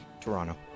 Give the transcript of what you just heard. Toronto